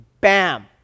Bam